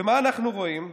ומה אנחנו רואים?